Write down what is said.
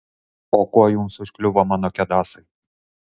o kuo jums užkliuvo mano kedasai